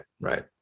right